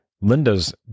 Linda's